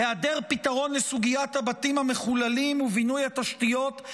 היעדר פתרון לסוגיית הבתים המחוללים ובינוי התשתיות,